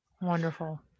wonderful